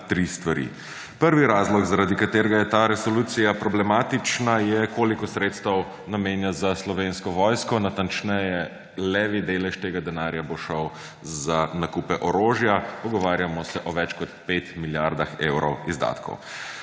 tri stvari. Prvi razlog, zaradi katerega je ta resolucija problematična, je, koliko sredstev namenja za Slovensko vojsko; natančneje, levji delež tega denarja bo šel za nakupe orožja, pogovarjamo se o več 5 milijardah evrov izdatkov.